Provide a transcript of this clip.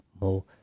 more